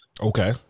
Okay